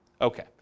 okay